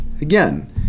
again